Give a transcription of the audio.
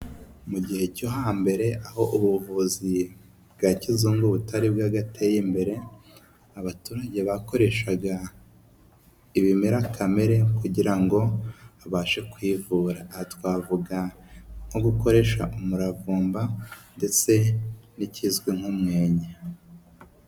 Mu gihe cyo hambere, aho ubuvuzi bwa kizungu butari bwagateye imbere, abaturage bakoreshaga ibimera kamere kugira ngo babashe kwivura . Aha twavuga nko gukoresha umuravumba ndetse kn'ikizwi nk'umwenya.